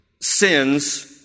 sins